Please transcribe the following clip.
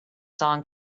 song